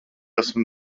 esmu